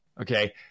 Okay